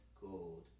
gold